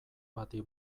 bati